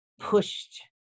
pushed